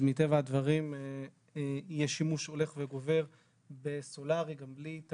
אז מטבע הדברים יהיה שימוש הולך וגובר בסולארי גם בלי התערבות.